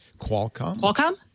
Qualcomm